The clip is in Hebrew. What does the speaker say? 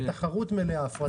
תחרות מלאה, הפרטה מלאה.